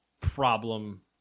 problem